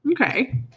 Okay